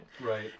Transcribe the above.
Right